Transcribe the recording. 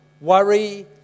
worry